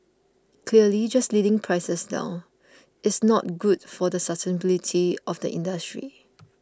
clearly just leading prices down it's not good for the sustainability of the industry